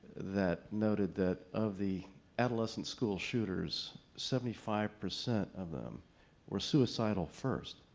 that noted that of the adolescent school shooters, seventy five percent of them were suicidal first.